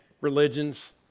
religions